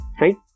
right